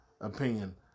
opinion